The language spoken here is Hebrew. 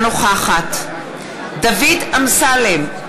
אינה נוכחת דוד אמסלם,